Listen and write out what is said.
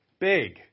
big